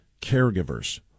caregivers